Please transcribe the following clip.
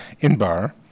Inbar